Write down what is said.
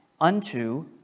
unto